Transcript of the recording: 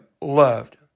loved